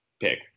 pick